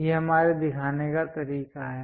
यह हमारे दिखाने का तरीका है